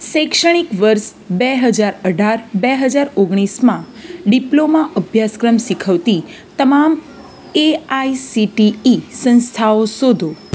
શૈક્ષણિક વર્ષ બે હજાર અઢાર બે હજાર ઓગણીસમાં ડિપ્લોમા અભ્યાસક્રમ શીખવતી તમામ A I C T E સંસ્થાઓ શોધો